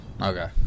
Okay